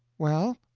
well?